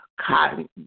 cotton